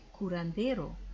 curandero